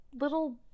little